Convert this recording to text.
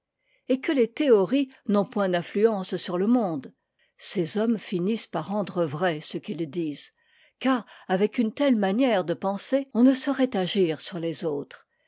et que les théories n'ont point d'influence sur le monde ces hommes finissent par rendre vrai ce qu'ils disent car avec une telle manière de penser on ne saurait agir sur les autres